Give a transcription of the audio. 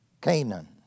Canaan